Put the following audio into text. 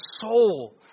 soul